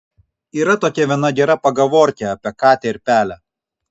yra tokia viena gera pagavorkė apie katę ir pelę